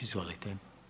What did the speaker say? Izvolite.